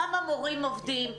כמה מורים עובדים,